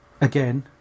again